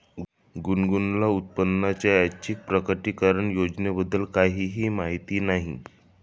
गुनगुनला उत्पन्नाच्या ऐच्छिक प्रकटीकरण योजनेबद्दल काहीही माहिती नाही